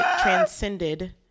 transcended